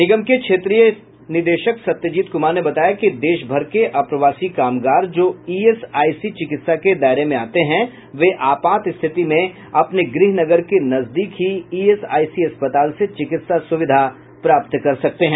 निगम के क्षेत्रीय निदेशक सत्यजीत कुमार ने बताया कि देश भर के अप्रवासी कामगार जो ईएसआईसी चिकित्सा के दायरे में आते हैं वे आपात स्थिति में अपने गृह नगर के नजदीक ही ईएसआईसी अस्पताल से चिकित्सा सुविधा प्राप्त कर सकते हैं